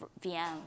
VM